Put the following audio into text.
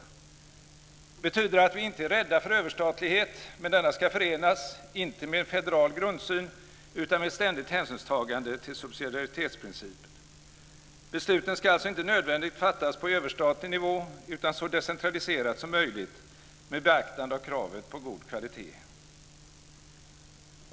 Det betyder att vi inte är rädda för överstatlighet, men denna ska förenas inte med en federal grundsyn, utan med ett ständigt hänsynstagande till subsidiaritetsprincipen. Besluten ska alltså inte nödvändigtvis fattas på överstatlig nivå utan så decentraliserat som möjligt med beaktande av kravet på god kvalitet.